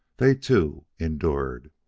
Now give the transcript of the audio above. they, too, endured.